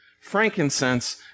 frankincense